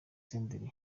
senderi